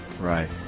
Right